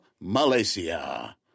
Malaysia